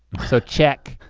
so check.